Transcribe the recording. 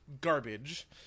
garbage